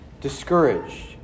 discouraged